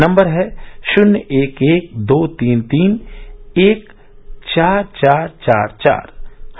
number है शून्य एक एक दो तीन तीन एक चार चार चार चार चार